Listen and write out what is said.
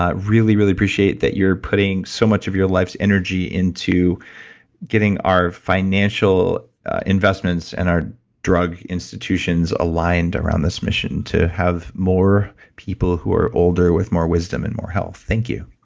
ah really, really appreciate that you're putting so much of your life's energy into getting our financial investments and our drug institutions aligned around this mission, to have more people who are older with more wisdom and more health. thank you.